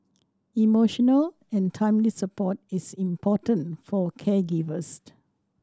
emotional and timely support is important for caregivers